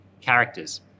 characters